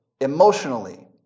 emotionally